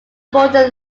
border